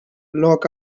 loak